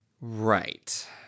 Right